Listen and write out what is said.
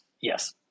Yes